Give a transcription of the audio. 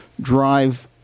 drive